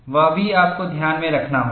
वह भी आपको ध्यान में रखना होगा